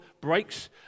breaks